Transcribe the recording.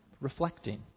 reflecting